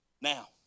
Now